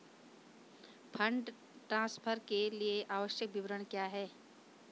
Fund transfer के लिए आवश्यक विवरण क्या हैं?